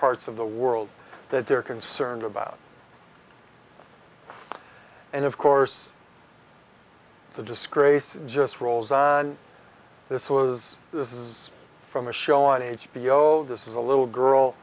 parts of the world that they're concerned about and of course the disgrace just rolls on this was this is from a show on h b o this is a little girl